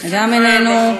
גם איננו,